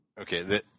okay